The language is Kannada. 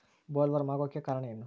ಬೊಲ್ವರ್ಮ್ ಆಗೋಕೆ ಕಾರಣ ಏನು?